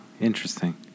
interesting